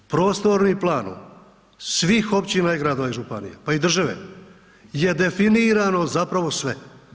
Prostornim planom svih općina i gradova i županija, pa i države je definirano zapravo sve.